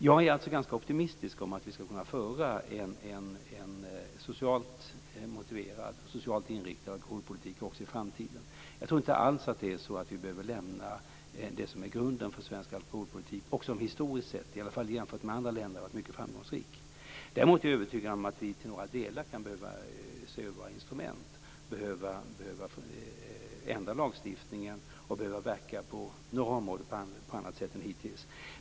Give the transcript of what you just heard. Jag är alltså ganska optimistisk om att vi skall kunna föra en socialt inriktad alkoholpolitik också i framtiden. Jag tror inte alls att det är så att vi behöver lämna det som är grunden för svensk alkoholpolitik och som historiskt sett, i alla fall jämfört med andra länder, har varit mycket framgångsrik. Däremot är vi övertygade om att vi till några delar kan behöva se över våra instrument, ändra lagstiftningen och på några områden verka på annat sätt än hittills.